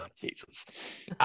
Jesus